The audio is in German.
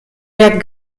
der